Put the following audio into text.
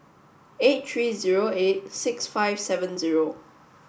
eight three zero eight six five seven zero